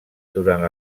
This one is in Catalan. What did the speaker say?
durant